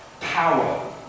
power